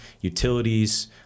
utilities